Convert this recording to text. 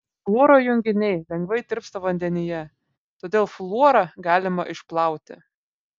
fluoro junginiai lengvai tirpsta vandenyje todėl fluorą galima išplauti